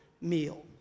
meal